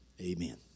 Amen